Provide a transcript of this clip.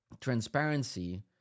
transparency